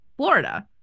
Florida